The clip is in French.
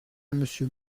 monsieur